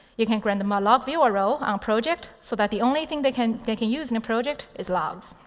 you can grant them a log viewer role on project so that the only thing they can they can use in a project is logs.